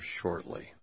shortly